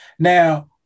Now